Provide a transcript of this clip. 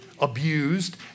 abused